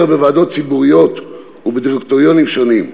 בוועדות ציבוריות ובדירקטוריונים שונים.